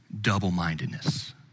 double-mindedness